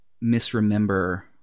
misremember